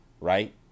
right